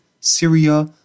Syria